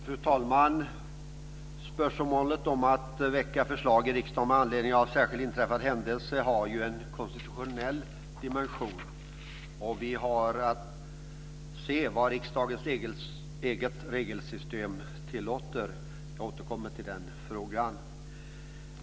Fru talman! Spörsmålet om att väcka förslag i riksdagen med anledning av särskilt inträffad händelse har en konstitutionell dimension, och vi har att se vad riksdagens eget regelsystem tillåter. Jag återkommer till den frågan.